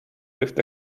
lift